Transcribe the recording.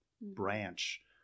branch